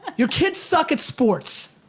your kids suck at sports.